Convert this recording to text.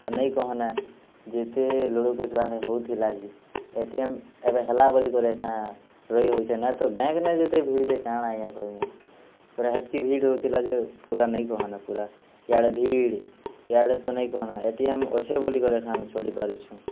ନାଇଁ କହନା ଯେତେ ଲୋ ହୋଉଥିଲା ଆଜି ଏ ଟି ମ୍ ଏବେ ହେଲା ବୋଲିକରି୍ ଏଖାଁ ରହି ହେଉଛେଁ ନାଁ ତ ବ୍ୟାଙ୍କ୍ ନାଇଁ ଯେତେ ଭିଡ଼୍ ଯେ କାଣା ଆଜ୍ଞା କହିମୁଁ ହେତକି ଭିଡ଼୍ ହେଉଥିଲା ଯେ ପୁରା ନେଇକି ପୁରା ଇଆଡ଼େ ଭିଡ଼ ଇଆଡ଼େ ତ ନାଇଁ କହନା ଏ ଟି ମ୍ ଅଚ୍ଛେ ବୋଲେ ଚଲି ପାରୁଛୁଁ